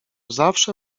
zawsze